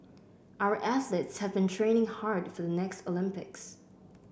our athletes have been training hard for the next Olympics